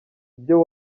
ibyo